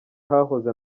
hahoze